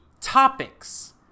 topics